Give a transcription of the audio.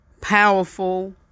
powerful